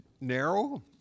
narrow